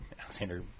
Alexander